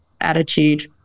attitude